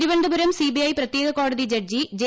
Thiruvananthapuram CBI പ്രത്യേക കോടതി judge J